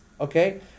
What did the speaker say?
okay